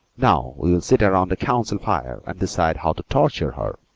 now we'll sit around the council fire and decide how to torture her,